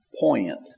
poignant